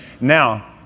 Now